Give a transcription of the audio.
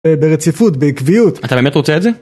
ברציפות, בקביעות. אתה באמת רוצה את זה?